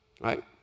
Right